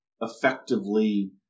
effectively